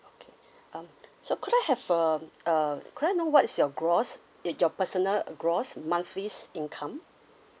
okay um so could I have um uh could I know what's your gross eh your personal gross monthly's income